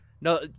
No